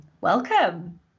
Welcome